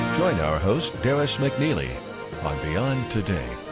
join our host darris mcneely on beyond today!